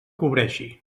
cobreixi